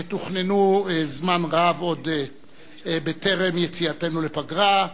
שתוכננו זמן רב בטרם יציאתנו לפגרה,